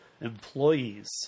employees